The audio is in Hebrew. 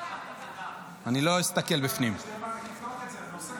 פנית אליי ואמרת לי שאני מתחבא.